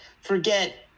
forget